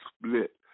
split